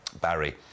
Barry